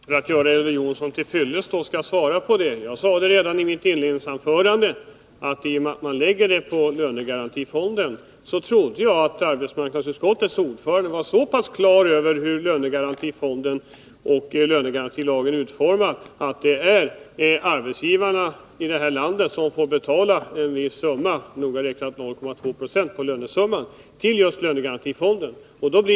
Herr talman! För att göra Elver Jonsson till viljes skall jag svara på frågan, även om svaret framgick redan av mitt inledningsanförande. Jag trodde att arbetsmarknadsutskottets ordförande var på det klara med hur lönegarantifonden och lönegarantilagen är utformade. Genom att man lägger detta på lönegarantifonden är det arbetsgivarna här i landet som får betala det. Arbetsgivaren betalar nämligen 0,2 26 på lönesumman till lönegarantifonden.